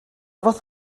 fath